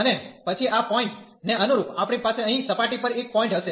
અને પછી આ પોઈન્ટ ને અનુરૂપ આપણી પાસે અહીં સપાટી પર એક પોઈન્ટ હશે